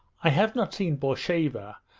i have not seen borsheva,